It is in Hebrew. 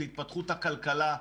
להתפתחות הכלכלה,